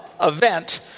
event